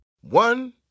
One